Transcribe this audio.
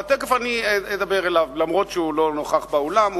אבל תיכף אני אדבר אליו גם אם הוא לא נוכח באולם.